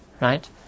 right